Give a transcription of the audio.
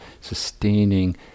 sustaining